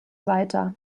weiter